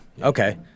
Okay